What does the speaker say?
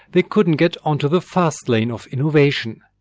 they couldn't get onto the fast lane of innovation.